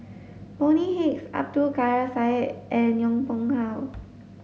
Bonny Hicks Abdul Kadir Syed and Yong Pung How